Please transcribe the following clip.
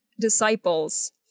disciples